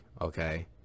okay